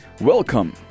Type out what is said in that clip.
Welcome